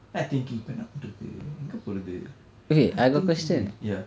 then I thinking இப்ப என்ன பண்றது எங்க போறது:ippa enna pandrathu enga porathu I think think think ya